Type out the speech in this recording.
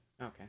Okay